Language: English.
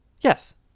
yes